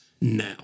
Now